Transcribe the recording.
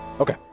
Okay